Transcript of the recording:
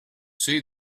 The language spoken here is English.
see